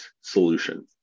solution